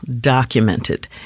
documented